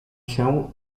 się